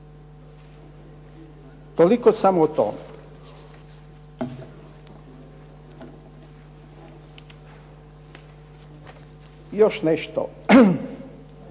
Toliko, samo to. Još nešto.